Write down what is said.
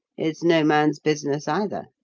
is no man's business either.